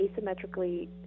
asymmetrically